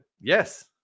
Yes